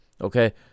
okay